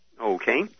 Okay